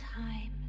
time